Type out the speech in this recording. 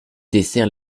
dessert